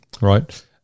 right